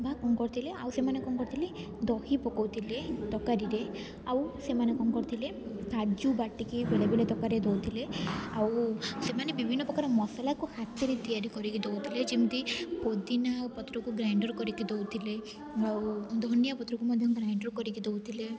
ବା କଣ କରୁଥିଲେ ଆଉ ସେମାନେ କଣ କରୁଥିଲେ ଦହି ପକାଉଥିଲେ ତରକାରୀରେ ଆଉ ସେମାନେ କଣ କରୁଥିଲେ କାଜୁ ବାଟିକି ବେଳେବେଳେ ତରକାରୀରେ ଦେଉଥିଲେ ଆଉ ସେମାନେ ବିଭିନ୍ନପ୍ରକାର ମସଲାକୁ ହାତରେ ତିଆରି କରିକି ଦେଉଥିଲେ ଯେମିତି ପୋଦିନା ପତ୍ରକୁ ଗ୍ରାଇଣ୍ଡର୍ କରିକି ଦେଉଥିଲେ ଆଉ ଧନିଆ ପତ୍ରକୁ ମଧ୍ୟ ଗ୍ରାଇଣ୍ଡର୍ କରିକି ଦେଉଥିଲେ